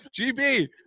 GB